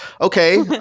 Okay